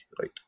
right